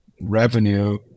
revenue